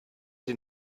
den